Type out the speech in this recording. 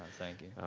thank you.